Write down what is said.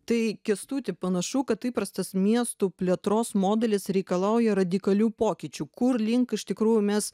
tai kęstuti panašu kad įprastas miestų plėtros modelis reikalauja radikalių pokyčių kurlink iš tikrųjų mes